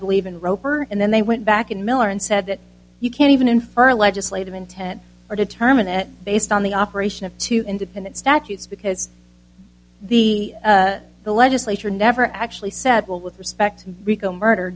believe in roper and then they went back in miller and said that you can't even infer a legislative intent or determine it based on the operation of two independent statutes because the the legislature never actually said well with respect rico murder